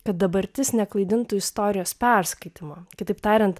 kad dabartis neklaidintų istorijos perskaitymo kitaip tariant